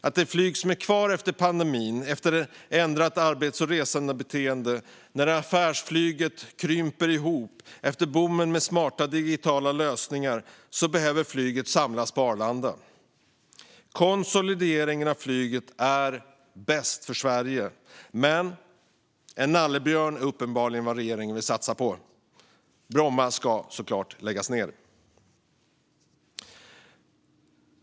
Det flyg som är kvar efter pandemin, efter ett ändrat arbets och resebeteende när affärsflyget krymper ihop och efter boomen med smarta digitala lösningar, behöver samlas på Arlanda. Konsolideringen av flyget är bäst för Sverige, men en nallebjörn är uppenbarligen vad regeringen vill satsa på. Bromma ska såklart läggas ned!